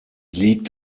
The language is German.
liegt